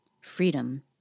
freedom